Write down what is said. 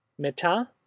Meta